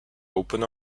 open